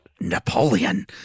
Napoleon